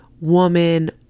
woman